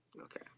Okay